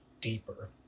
deeper